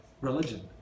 religion